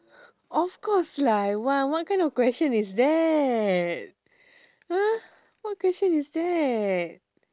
of course lah I want what kind of question is that !huh! what question is that